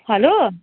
hello